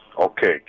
Okay